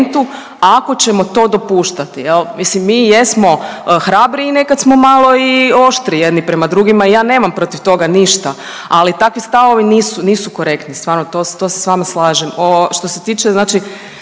ako ćemo to dopuštati, je li? Mislim mi jesmo hrabriji, nekad smo malo i oštri jedni prema drugima i ja nemam protiv toga ništa. Ali takvi stavovi nisu, nisu korektni, stvarno, to se s vama slažem. Što se tiče znači